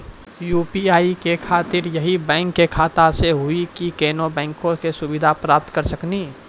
UPI के खातिर यही बैंक के खाता से हुई की कोनो बैंक से सुविधा प्राप्त करऽ सकनी?